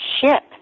ship